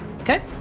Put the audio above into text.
Okay